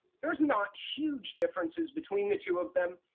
there's not huge differences between the two of them.